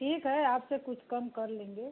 ठीक है आपसे कुछ कम कर लेंगे